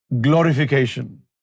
glorification